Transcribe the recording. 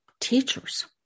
teachers